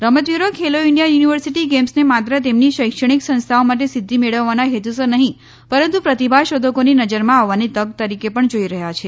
રમતવીરો Khelo India university ગેમ્સને માત્ર તેમની શૈક્ષણિત સંસ્થાઓ માટે સિઘ્ઘિ મેળવવાના હેતુસર નહી પરંતુ પ્રતિભા શોધકોની નજરમાં આવવાની તક તરીકે પણ જોઇ રહ્યાં છે